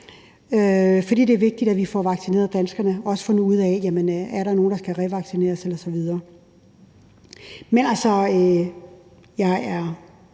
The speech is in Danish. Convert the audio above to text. det er vigtigt, at vi får vaccineret danskerne og også får fundet ud af, om der er nogen, der skal revaccineres osv.?